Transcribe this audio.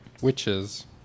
Witches